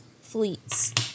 Fleets